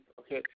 okay